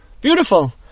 Beautiful